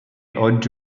oggi